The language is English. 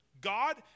God